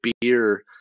beer